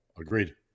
agreed